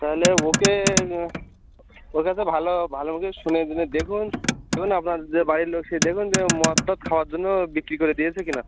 তালে ওকে ও ওকে একটু ভালো ভালো মুখে শুনিয়ে টুনিয়ে দেখুন দেখুন আপনার যে বাড়ির লোক সে দেখুন যে মদ টদ খাওয়ার জন্য বিক্রি করে দিয়েছে কি না